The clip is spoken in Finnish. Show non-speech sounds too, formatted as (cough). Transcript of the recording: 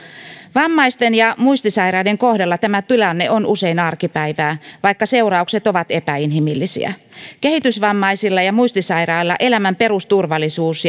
vammaisten ja muistisairaiden kohdalla tämä tilanne on usein arkipäivää vaikka seuraukset ovat epäinhimillisiä kehitysvammaisilla ja muistisairailla elämän perusturvallisuus (unintelligible)